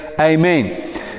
Amen